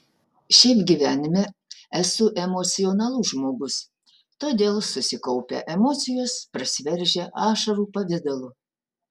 šiaip gyvenime esu emocionalus žmogus todėl susikaupę emocijos prasiveržia ašarų pavidalu